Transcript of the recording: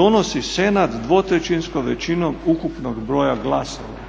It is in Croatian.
donosi senat dvotrećinskom većinom ukupnog broja glasova.".